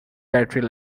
battery